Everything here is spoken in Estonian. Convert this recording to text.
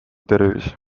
tervis